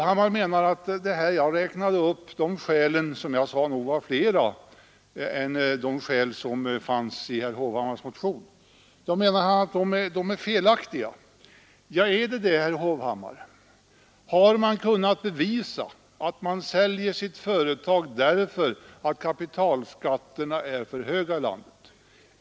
Han menar att de skäl som jag räknade upp — och som jag sade nog var flera än de som fanns i herr Hovhammars motion — är felaktiga. Ja, är de det, herr Hovhammar? Har man kunnat bevisa att någon säljer sitt företag därför att kapitalskatterna är för höga i landet?